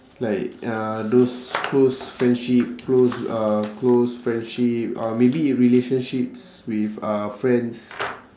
like uh those close friendship close uh close friendship uh maybe relationships with uh friends